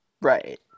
Right